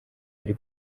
ari